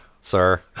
sir